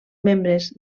membres